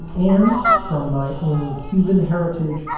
and from my own cuban heritage,